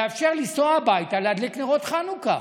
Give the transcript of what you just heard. לאפשר לנסוע הביתה להדליק נרות חנוכה.